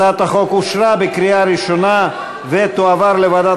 הצעת החוק אושרה בקריאה ראשונה ותועבר לוועדת